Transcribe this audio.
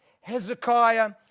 Hezekiah